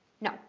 No